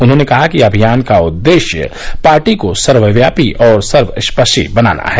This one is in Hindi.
उन्होंने कहा कि अभियान का उद्देश्य पार्टी को सर्वव्यापी और सर्वस्पर्शी बनाना है